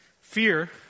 fear